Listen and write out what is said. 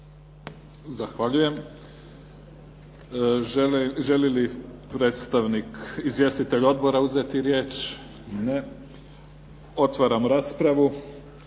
Zahvaljujem. Želi li izvjestitelj odbora uzeti riječ? Ne. Otvaram raspravu.